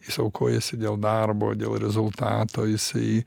jis aukojasi dėl darbo dėl rezultato jisai